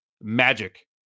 magic